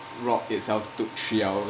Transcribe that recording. rock itself took three hour